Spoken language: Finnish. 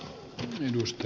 herra puhemies